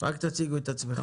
רק תציגו את עצמכם.